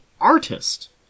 artist